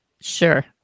Sure